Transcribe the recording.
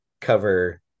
cover